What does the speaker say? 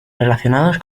relacionados